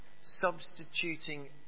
substituting